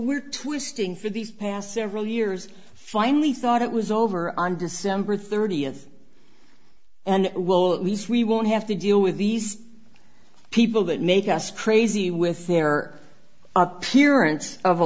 we're twisting for these past several years finally thought it was over on december thirtieth and well at least we won't have to deal with these people that make us crazy with their appearance of a